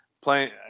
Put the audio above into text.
playing